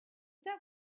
that